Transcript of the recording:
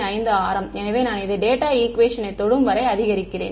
5 ஆரம் எனவே நான் இதை டேட்டா ஈக்குவேஷனை தொடும் வரை அதிகரிக்கிறேன்